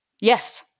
Yes